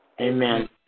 Amen